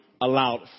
allowed